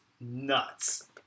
nuts